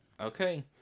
Okay